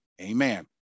Amen